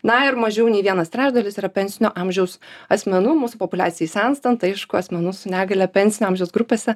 na ir mažiau nei vienas trečdalis yra pensinio amžiaus asmenų mūsų populiacijai senstant aišku asmenų su negalia pensinio amžiaus grupėse